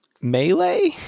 Melee